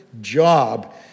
job